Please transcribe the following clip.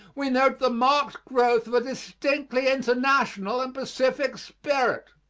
we note the marked growth of a distinctly international and pacific spirit.